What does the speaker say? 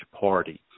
party